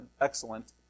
excellent